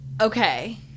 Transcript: Okay